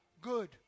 good